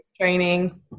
training